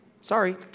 Sorry